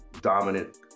dominant